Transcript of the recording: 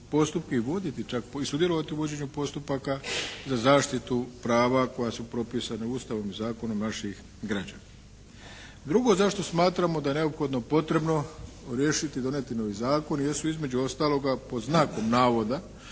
i sudjelovati u vođenju postupaka za zaštitu prava koja su propisana Ustavom i zakonom naših građana. Drugo zašto smatramo da je neophodno potrebno riješiti, donijeti novi zakon jesu između ostaloga "i ova